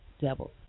double